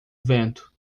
vento